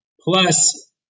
Plus